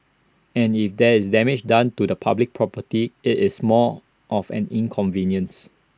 and if there is damage done to public property IT is more of an inconvenience